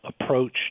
approach